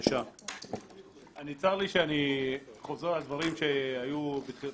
שמעת